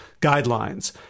guidelines